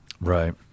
Right